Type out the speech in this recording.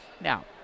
Now